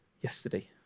yesterday